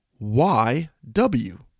YW